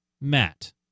Matt